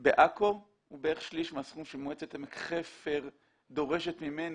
בעכו הוא בערך שליש מהסכום שמועצת עמק חפר דורשת ממני.